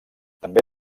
també